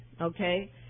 okay